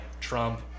Trump